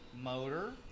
motor